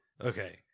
Okay